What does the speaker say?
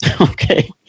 Okay